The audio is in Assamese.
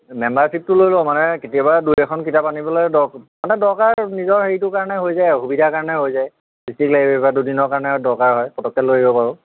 মেম্বাৰশ্বিপটো লৈ লওঁ কেতিয়াবা দুই এখন কিতাপ আনিবলৈ দৰকাৰ মানে দৰকাৰ নিজৰ হেৰিটোৰ কাৰণে হৈ যায় আৰু সুবিধাৰ কাৰণে হৈ যায় ডিষ্ট্ৰীক লাইবেৰীৰপৰা দুদিনৰ কাৰণে দৰকাৰ হয় পতককৈ লৈ আহিব পাৰোঁ